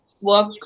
work